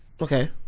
okay